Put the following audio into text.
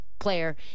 player